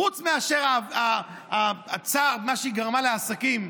חוץ ממה שהיא גרמה לעסקים,